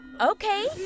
Okay